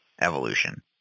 evolution